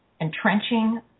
entrenching